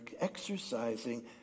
exercising